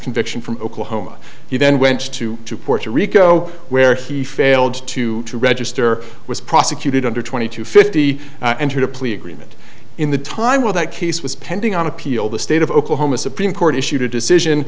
conviction from oklahoma he then went to to puerto rico where he failed to register was prosecuted under twenty two fifty entered a plea agreement in the time of that case was pending on appeal the state of oklahoma supreme court issued a decision